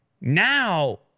Now